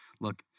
look